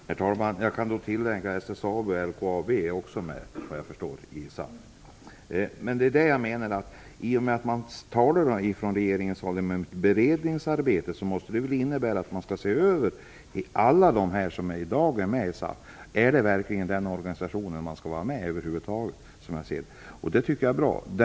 Herr talman! Jag kan tillägga att SSAB och LKAB också är med i SAF. I och med att man från regeringen talar om ett beredningsarbete måste det väl innebära att man skall se över alla de bolag som är med i SAF. Man måste se över om dessa bolag över huvud taget skall vara med i den organisationen. Det tycker jag är bra.